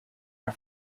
are